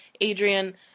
Adrian